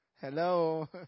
Hello